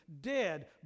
dead